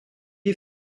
est